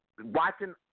watching